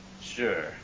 Sure